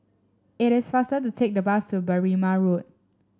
it is faster to take the bus to Berrima Road